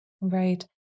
Right